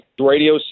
Radio